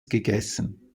gegessen